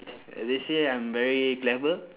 they say I'm very clever